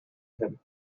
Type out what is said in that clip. him